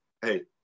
hey